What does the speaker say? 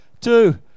two